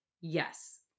yes